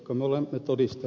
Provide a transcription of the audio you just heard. arvoisa puhemies